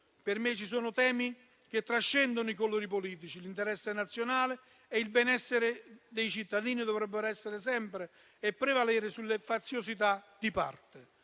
Per me ci sono temi che trascendono i colori politici: l'interesse nazionale e il benessere dei cittadini dovrebbero sempre prevalere sulle faziosità di parte.